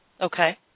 Okay